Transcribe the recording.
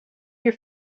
your